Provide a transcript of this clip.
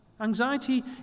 Anxiety